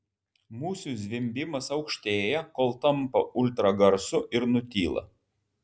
musių zvimbimas aukštėja kol tampa ultragarsu ir nutyla